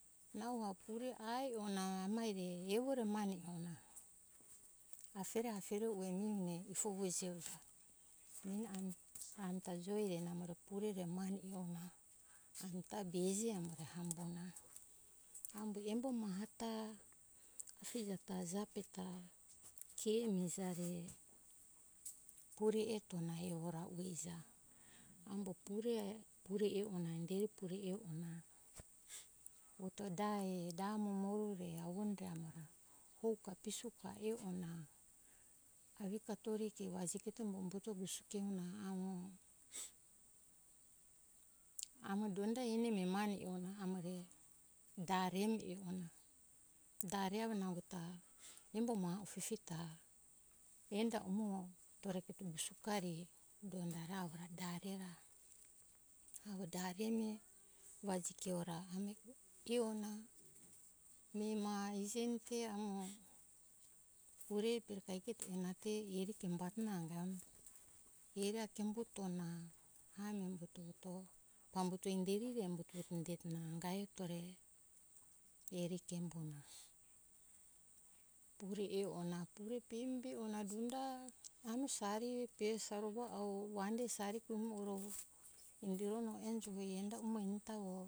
Nau avo pure ai ona amaire evore mane e ona afere afere ue mine ifo vuji ona meni ami ta joi re namo re pure mane ue ona ami ta beuji amo re hambo na avo embo maha ta afija ta jape ta ke mihija re dipori eto na evo ra ue uja amo pure e ona inderi pure e ona eto da da momoru re avonu re houga hio ona ajika vajik tore umbuto gosike ona amo donda eni mi mane ona amore da re eni e ona da re avo nango ta embo maha upipi ta enda umo ami to usukari donda re avo ra da re ra avo da re eni vaji kiora ami kio na mi ma iji eni te amo pur mi kaiketo na te ire tumbae umbato na anga e ona heri avo timbuto na ami umbuto pambuto nderi re amuto indeto na anga eto re heri cambo na pure e on ana pure pemi be ona donda namo sari pe sarova avo vande sari umo uro indioro no enjo hoi enda umo eni ta avo